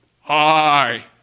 hi